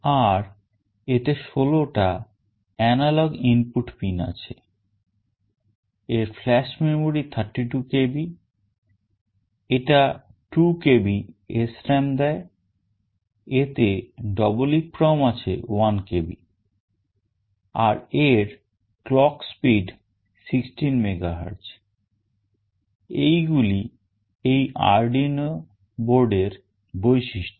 আর এতে ষোলটা analogue input pin আছে এর flash memory 32 KB এটা 2KB SRAM দেয় এতে EEPROM আছে 1KB আর এর clock speed 16 MHz এইগুলি এই Arduino board এর বৈশিষ্ট্য